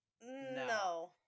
No